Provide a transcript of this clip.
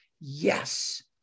Yes